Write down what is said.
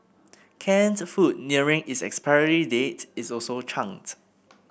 canned food nearing its expiry date is also chucked